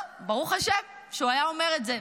ברוך השם שהוא היה אומר את זה.